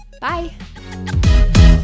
Bye